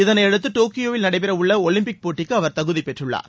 இதனையடுத்து டோக்கியோவில் நடைபெற உள்ள ஒலிம்பிக் போட்டிக்கு அவர் தகுதி பெற்றுள்ளார்